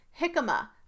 jicama